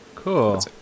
Cool